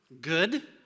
good